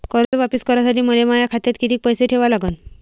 कर्ज वापिस करासाठी मले माया खात्यात कितीक पैसे ठेवा लागन?